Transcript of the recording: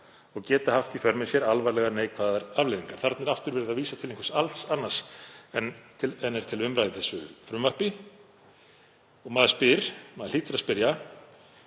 og geta haft í för með sér alvarlegar neikvæðar afleiðingar.“ Þarna er aftur verið að vísa til einhvers alls annars en er til umræðu í frumvarpinu. Maður hlýtur að spyrja: